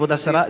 כבוד השרה.